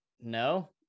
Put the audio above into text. No